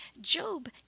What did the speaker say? Job